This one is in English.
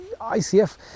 ICF